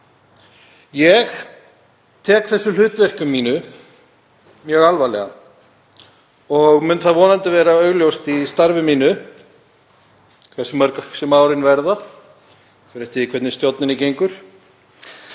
Ég tek þessu hlutverki mínu mjög alvarlega og mun það vonandi verða augljóst í starfi mínu hversu mörg sem árin verða, það fer eftir því hvernig stjórninni gengur.